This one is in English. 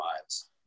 lives